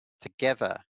together